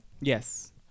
Yes